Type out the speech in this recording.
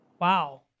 Wow